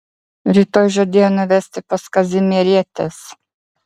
rytoj žadėjo nuvesti pas kazimierietes